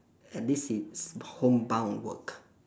at least it's homebound work